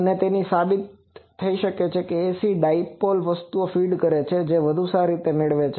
અને તે સાબિત થઈ શકે છે કે આ ACD વસ્તુઓ ફીડ કરે છે જે વધુ સારી મેળવે પણ છે